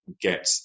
Get